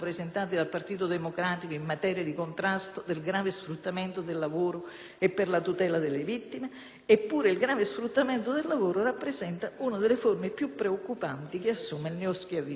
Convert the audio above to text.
Eppure il grave sfruttamento del lavoro rappresenta oggi una delle più preoccupanti forme che assume il neoschiavismo; quel dominio dell'uomo sull'uomo che priva la persona della libertà, dell'autodeterminazione e della dignità.